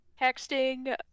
texting